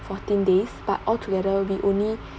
fourteen days but altogether we only